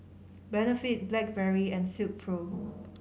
Benefit Blackberry and Silkpro